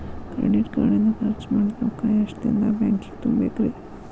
Credit card ಇಂದ್ ಖರ್ಚ್ ಮಾಡಿದ್ ರೊಕ್ಕಾ ಎಷ್ಟ ದಿನದಾಗ್ ಬ್ಯಾಂಕಿಗೆ ತುಂಬೇಕ್ರಿ?